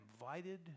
invited